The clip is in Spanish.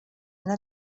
una